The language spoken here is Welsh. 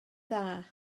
dda